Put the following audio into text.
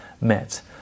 met